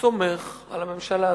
סומך על הממשלה הזאת,